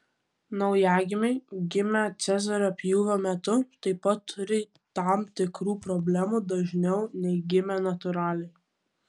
naujagimiai gimę cezario pjūvio metu taip pat turi tam tikrų problemų dažniau nei gimę natūraliai